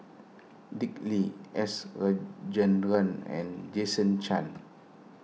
Dick Lee S Rajendran and Jason Chan